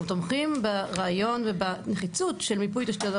אנחנו תומכים ברעיון ובנחיצות של מיפוי תשתיות.